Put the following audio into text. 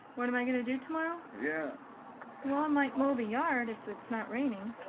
what am i going to do tomorrow? yeah well, i might mow the yard if it's not raining